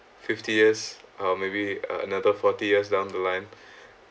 fifty years uh maybe a another forty years down the line